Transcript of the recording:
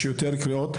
יש יותר קריאות,